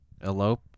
elope